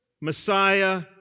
Messiah